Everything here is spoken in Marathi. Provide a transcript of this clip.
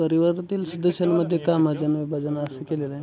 परिवारातील सदस्यांमध्ये कामाचं विभाजन असं केलेलं आहे